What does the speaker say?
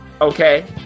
okay